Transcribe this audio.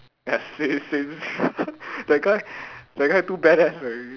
ya same same sia that guy that guy too badass already